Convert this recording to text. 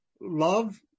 love